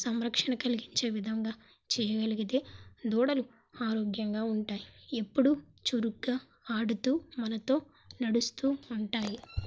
సంరక్షణ కలిగించే విధంగా చేయగలిగితే దూడలు ఆరోగ్యంగా ఉంటాయి ఎప్పుడూ చురుగ్గా ఆడుతూ మనతో నడుస్తూ ఉంటాయి